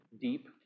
deep